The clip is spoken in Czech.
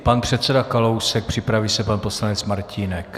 Pan předseda Kalousek, připraví se pan poslanec Martínek.